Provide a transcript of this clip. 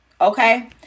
okay